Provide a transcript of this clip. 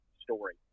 story